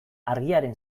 argiaren